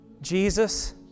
Jesus